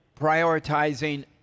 prioritizing